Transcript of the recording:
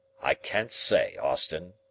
i can't say, austin.